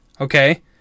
Okay